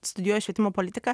studijuoju švietimo politiką